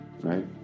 right